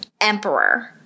emperor –